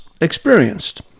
experienced